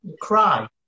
cry